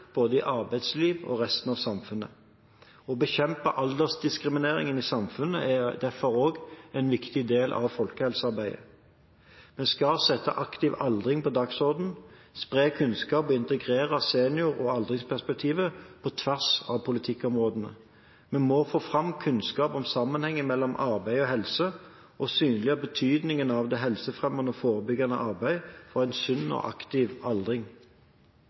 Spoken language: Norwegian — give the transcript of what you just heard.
både i arbeidslivet og i resten av samfunnet. Å bekjempe aldersdiskriminering i samfunnet er derfor også en viktig del av folkehelsearbeidet. Vi skal sette aktiv aldring på dagsordenen, spre kunnskap og integrere senior- og aldringsperspektivet på tvers av politikkområdene. Vi må få fram kunnskap om sammenhengen mellom arbeid og helse og synliggjøre betydningen av helsefremmende og forebyggende arbeid for en sunn og aktiv aldring.